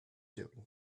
doing